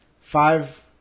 five –